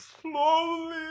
slowly